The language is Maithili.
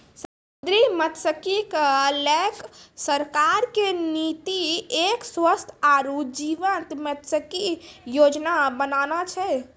समुद्री मत्सयिकी क लैकॅ सरकार के नीति एक स्वस्थ आरो जीवंत मत्सयिकी योजना बनाना छै